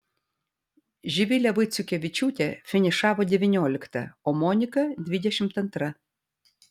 živilė vaiciukevičiūtė finišavo devyniolikta o monika dvidešimt antra